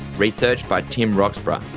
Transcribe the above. research by tim roxburgh,